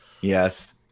Yes